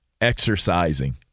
exercising